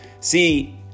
See